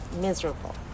miserable